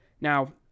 Now